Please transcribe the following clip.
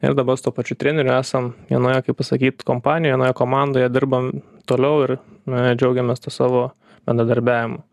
ir dabar su tuo pačiu treneriu esam vienoje kaip pasakyt kompanijoj vienoje komandoje dirbam toliau ir na džiaugiamės tuo savo bendradarbiavimu